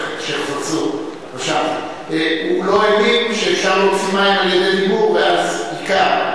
הוא לא האמין שאפשר להוציא מים על-ידי דיבור ואז הכה.